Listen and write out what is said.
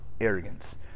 arrogance